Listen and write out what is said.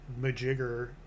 majigger